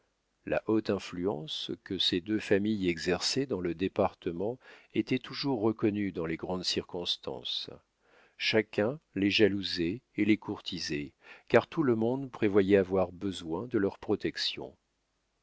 la haute influence que ces deux familles exerçaient dans le département était toujours reconnue dans les grandes circonstances chacun les jalousait et les courtisait car tout le monde prévoyait avoir besoin de leur protection